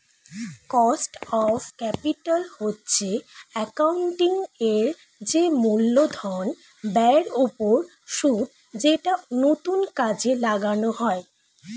cost of capital হচ্ছে accounting এর যে মূলধন ব্যয়ের ওপর সুদ যেটা নতুন কাজে লাগানো হয়